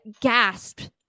gasped